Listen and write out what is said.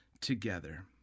together